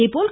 அதேபோல்